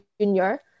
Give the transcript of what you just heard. junior